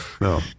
No